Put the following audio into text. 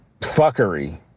fuckery